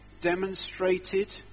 demonstrated